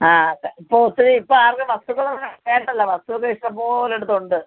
ആ അതെ ഇപ്പോൾ ഇത്തിരി ഇപ്പോൾ ആർക്കും വസ്തുക്കളൊന്നും വേണ്ടല്ലോ വസ്തു ഒക്കെ ഇഷ്ടംപോലെ ഇടത്തുണ്ട്